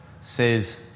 says